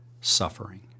suffering